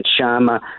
Sharma